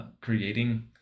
creating